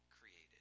created